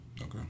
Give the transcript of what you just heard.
Okay